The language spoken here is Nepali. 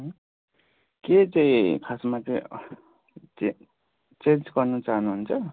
के चाहिँ खासमा चाहिँ चेन्ज गर्नु चहानुहुन्छ